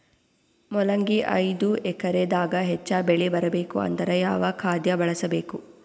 ಮೊಲಂಗಿ ಐದು ಎಕರೆ ದಾಗ ಹೆಚ್ಚ ಬೆಳಿ ಬರಬೇಕು ಅಂದರ ಯಾವ ಖಾದ್ಯ ಬಳಸಬೇಕು?